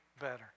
better